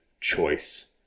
choice